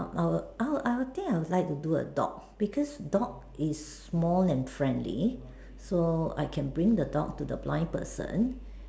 I would I would I would think that I would like to do a dog because dog is small and friendly so I can bring the dog to the blind person